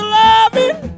loving